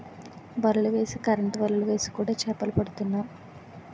వలలు వేసి కరెంటు వలలు వేసి కూడా చేపలు పడుతున్నాం